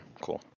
Cool